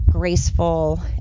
Graceful